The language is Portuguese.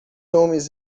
homens